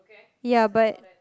ya but